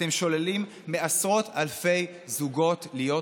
אתם שוללים מעשרות אלפי זוגות להיות הורים.